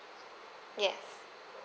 yes